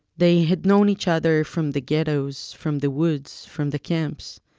they had known each other from the ghettos, from the woods, from the camps.